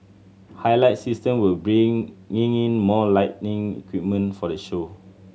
highlight System will bringing in in more lighting equipment for the show